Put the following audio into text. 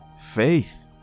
faith